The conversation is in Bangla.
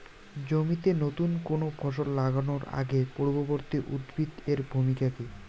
জমিতে নুতন কোনো ফসল লাগানোর আগে পূর্ববর্তী উদ্ভিদ এর ভূমিকা কি?